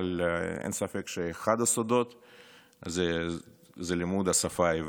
אבל אין ספק שאחד הסודות זה לימוד השפה העברית.